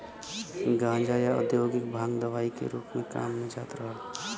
गांजा, या औद्योगिक भांग दवाई के रूप में काम में जात रहल